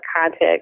context